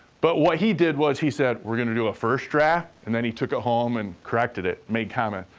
but what he did was he said, we're gonna do a first draft, and then he took it home and corrected it, made comment.